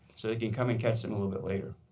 so they can come and catch them a little bit later.